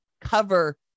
cover